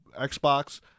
Xbox